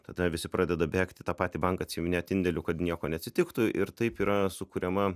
tada visi pradeda bėgti tą patį banką atsiiminėti indėlių kad nieko neatsitiktų ir taip yra sukuriama